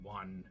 one